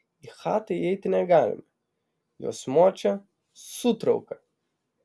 į chatą įeiti negalime jos močia sūtrauka